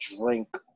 drink